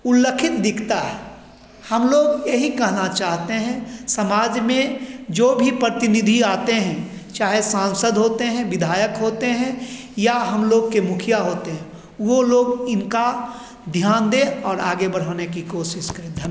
उल्लखित दिखता है हमलोग यही कहना चाहते हैं समाज में जो भी प्रतिनिधि आते हैं चाहे सांसद होते हैं विधायक होते हैं या हमलोग के मुखिया होते हैं वह लोग इनका ध्यान दें और आगे बढ़ाने की कोशिश करें धन्य